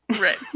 Right